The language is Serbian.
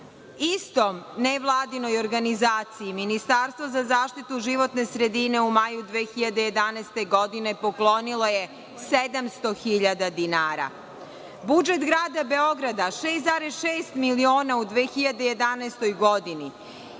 istom Ne Vladinoj organizaciji, ministarstva za zaštitu životne sredine u maju 2011. godine, poklonila je 700 000 dinara, budžet grada Beograda 6,6 miliona u 2011. godini,